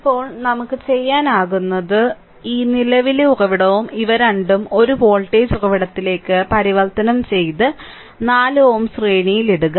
ഇപ്പോൾ നമുക്ക് ചെയ്യാനാകുന്നത് ഈ നിലവിലെ ഉറവിടവും ഇവ രണ്ടും ഒരു വോൾട്ടേജ് ഉറവിടത്തിലേക്ക് പരിവർത്തനം ചെയ്ത് 4Ω ശ്രേണിയിൽ ഇടുക